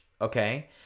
okay